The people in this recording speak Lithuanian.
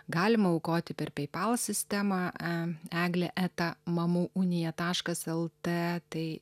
galima aukoti per pei pal sistemą eglė eta mamų unija taškas lt tai